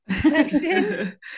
section